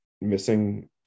missing